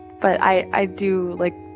but i i do like,